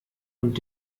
und